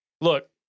look